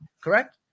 correct